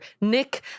Nick